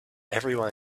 everyone